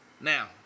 Now